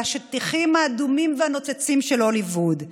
השטיחים האדומים והנוצצים של הוליווד,